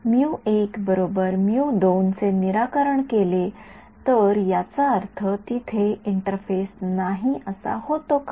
जर मी चे निराकरण केले तर याचा अर्थ तिथे इंटरफेस नाही असा होतो का